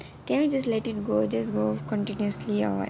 can we just let it go just go continuously or what